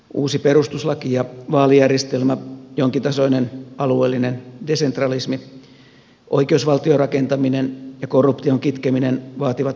uusi perustuslaki ja vaalijärjestelmä jonkintasoinen alueellinen desentralismi oikeusvaltion rakentaminen ja korruption kitkeminen vaativat määrätietoista kehittämistyötä